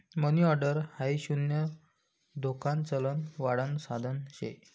मनी order हाई शून्य धोकान चलन धाडण साधन शे